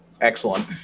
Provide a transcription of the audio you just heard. Excellent